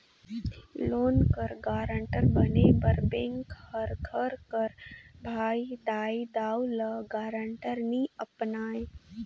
loan कर guarantor बने बर बेंक हर घर कर भाई, दाई, दाऊ, ल गारंटर नी अपनाए